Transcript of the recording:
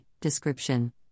Description